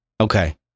Okay